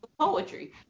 poetry